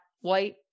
White